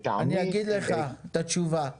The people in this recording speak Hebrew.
אני אגיד לך את התשובה ביהדות,